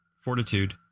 fortitude